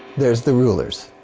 there's the rulers.